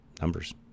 Numbers